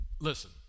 listen